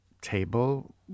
table